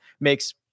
makes